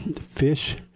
fish